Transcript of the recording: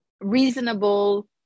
reasonable